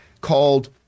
called